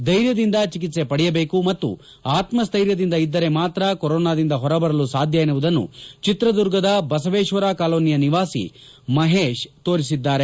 ಧೈರ್ಯದಿಂದ ಚಿಕಿತ್ಸೆ ಪಡೆಯಬೇಕು ಮತ್ತು ಆತ್ಮಸ್ಥೆರ್ಯದಿಂದ ಇದ್ದರೆ ಮಾತ್ರ ಕೊರೊನಾದಿಂದ ಹೊರಬರಲು ಸಾಧ್ಯ ಎನ್ನುವುದನ್ನು ಚಿತ್ರದುರ್ಗದ ಬಸವೇಶ್ವರ ಕಾಲೋನಿಯ ನಿವಾಸಿ ಮಹೇಶ್ ತೋರಿಸಿದ್ದಾರೆ